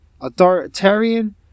Authoritarian